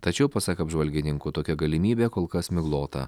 tačiau pasak apžvalgininkų tokia galimybė kol kas miglota